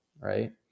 Right